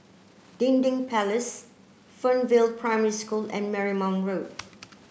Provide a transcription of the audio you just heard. Dinding Place Fernvale Primary School and Marymount Road